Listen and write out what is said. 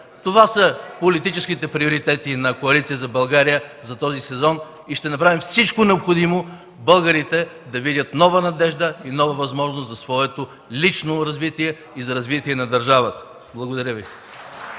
Това са политическите приоритети на Коалиция за България за този сезон. И ще направим всичко необходимо българите да видят нова надежда и нова възможност за своето лично развитие и за развитието на държавата. Благодаря.